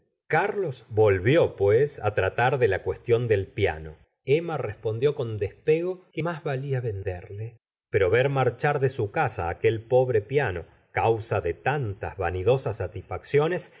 carlos volvió pues á tratar de la cuestión del piano emma respondió con despego que más valia j la señora de bovary venderle pero ver marchar de su casa aquel pobre piano causa de tantas vanidosas satisfacciones